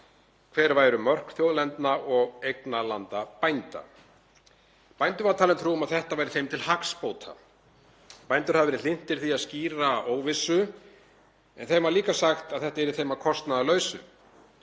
hver væru mörk þjóðlendna og eignarlanda bænda. Bændum var talin trú um að þetta væri þeim til hagsbóta. Bændur hafa verið hlynntir því að skýra óvissu en þeim var líka sagt að þetta yrði þeim að kostnaðarlausu.